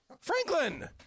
Franklin